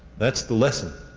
that's the lesson